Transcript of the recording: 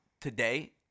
today